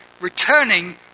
returning